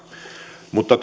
mutta